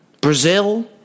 Brazil